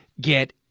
get